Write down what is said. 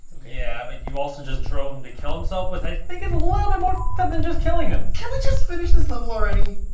so yeah, but you also just drove him to kill himself, which i think is a little but more f cked up than just killing him. can we just finish this level already?